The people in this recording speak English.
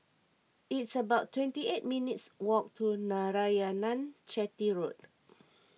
it's about twenty eight minutes' walk to Narayanan Chetty Road